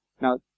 Now